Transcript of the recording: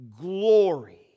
glory